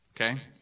okay